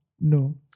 No